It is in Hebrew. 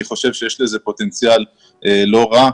אני חושב שיש לזה פוטנציאל לא רע,